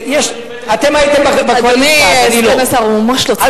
אתם הייתם בקואליציה, אני לא.